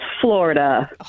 Florida